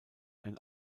ein